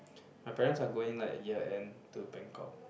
my parents are going like a year end to bangkok